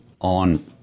on